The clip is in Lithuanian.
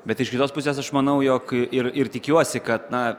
bet iš kitos pusės aš manau jog ir ir tikiuosi kad na